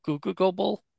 Google